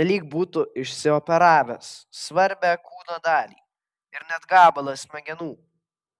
nelyg būtų išsioperavęs svarbią kūno dalį ir net gabalą smegenų